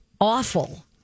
awful